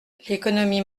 l’économie